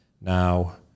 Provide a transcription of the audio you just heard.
now